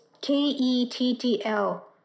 K-E-T-T-L